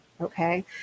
Okay